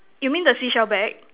you mean the seashell bag